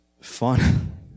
fun